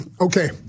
okay